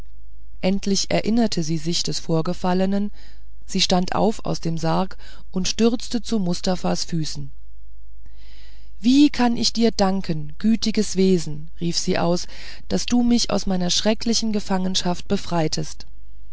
endlich erinnerte sie sich des vorgefallenen sie stand auf aus dem sarg und stürzte zu mustafas füßen wie kann ich dir danken gütiges wesen rief sie aus daß du mich aus meiner schrecklichen gefangenschaft befreitest